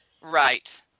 Right